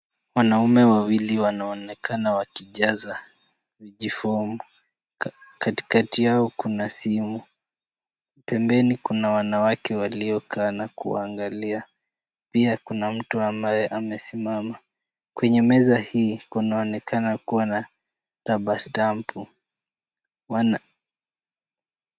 Wanaume wawili wanaonekana wakijaza vijifomu katikati yao kuna simu. Pembeni kuna wanawake waliokaa na kuangalia, pia kuna mtu amesimama. Kwenye meza hii kunaonekana kuwa na rabastampu.